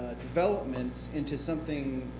developments into something